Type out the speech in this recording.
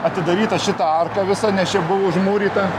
atidaryta šita arka visa nes čia buvo užmūryta